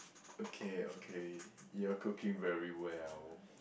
okay okay your cooking very well